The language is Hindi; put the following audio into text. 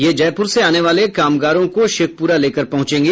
ये जयपुर से आने वाले कामगारों को शेखपुरा लेकर पहुंचेगी